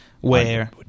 Where-